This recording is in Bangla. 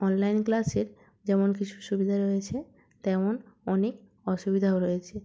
অনলাইন ক্লাসের যেমন কিছু সুবিধা রয়েছে তেমন অনেক অসুবিধাও রয়েছে